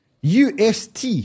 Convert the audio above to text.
UST